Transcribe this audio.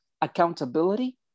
accountability